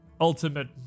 ultimate